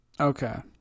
Okay